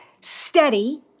steady